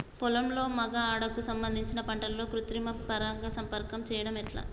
పొలంలో మగ ఆడ కు సంబంధించిన పంటలలో కృత్రిమ పరంగా సంపర్కం చెయ్యడం ఎట్ల?